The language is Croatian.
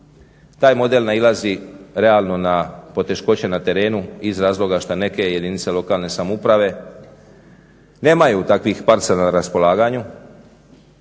Taj model nailazi realno na poteškoće na terenu iz razloga što neke jedinice lokalne samouprave nemaju takvih parcela na raspolaganju.